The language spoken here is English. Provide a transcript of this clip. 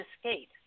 escape